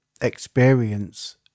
experience